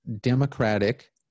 democratic